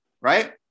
right